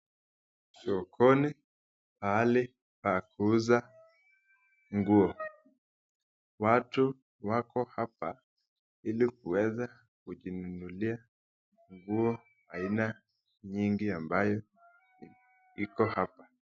Sokoni pahali pa kuuza nguo. Watu wako hapa ili kuweza kujinunulia nguo aina nyingi ambayo iko hapa.